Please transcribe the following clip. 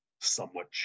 somewhat